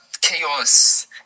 chaos